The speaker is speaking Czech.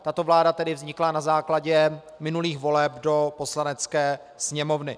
Tato vláda tedy vznikla na základě minulých voleb do Poslanecké sněmovny.